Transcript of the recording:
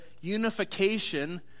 unification